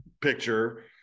picture